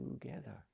together